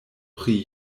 pri